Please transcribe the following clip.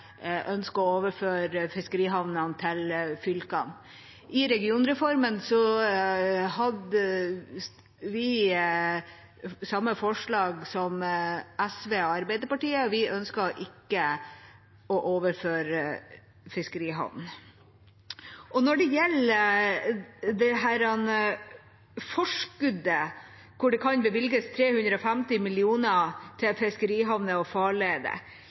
ønsket ikke å overføre fiskerihavnene. Når det gjelder forskuddet der det kan bevilges 350 mill. kr til fiskerihavner og farleder,